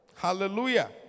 Hallelujah